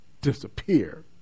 disappear